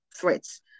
threats